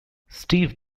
steve